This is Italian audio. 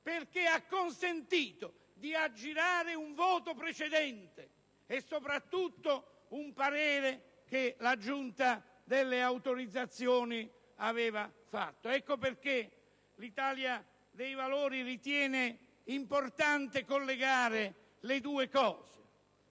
perché ha consentito di aggirare un voto precedente e soprattutto un parere che la Giunta delle elezioni aveva espresso. Ecco perché l'Italia dei Valori ritiene importante collegare le due cose.